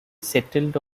settled